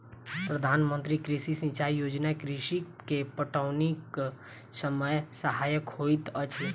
प्रधान मंत्री कृषि सिचाई योजना कृषक के पटौनीक समय सहायक होइत अछि